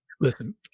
Listen